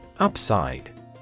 Upside